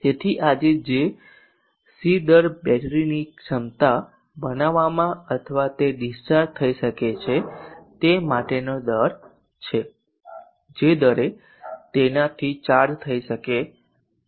તેથી આજે C દર બેટરીની ક્ષમતા બનાવામાં અથવા તે ડિસ્ચાર્જ થઈ શકે તે માટેનો દર છે જે દરે તેનાથી ચાર્જ થઈ શકે છે